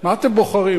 מה אתם בוחרים?